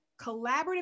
collaborative